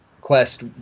quest